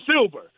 silver